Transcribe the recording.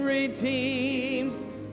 Redeemed